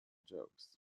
jokes